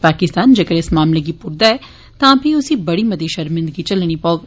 पाकिस्तान जेक्कर इस मामलें गी पुट्टदा ऐ तां फही उस्सी बड़ी मती शर्मिन्दगी झलनी पौग